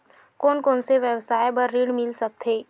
कोन कोन से व्यवसाय बर ऋण मिल सकथे?